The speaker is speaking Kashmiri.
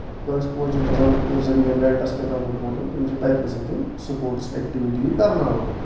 کٲنسہِ کوچن چھُ آسان زٔمیٖن رینٹس پٮ۪ٹھ اہن روٚٹمُت تِم چھِ تَتہِ نیسن تِم سُپوٹٕس اٮ۪کٹیوٹی کرناوان